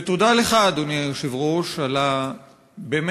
ותודה לך, אדוני היושב-ראש, על הנכונות